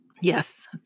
Yes